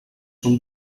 són